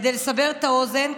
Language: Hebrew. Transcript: כדי לסבר את האוזן,